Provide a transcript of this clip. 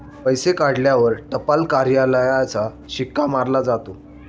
पैसे काढल्यावर टपाल कार्यालयाचा शिक्का मारला जातो